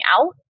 out